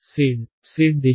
Z Disha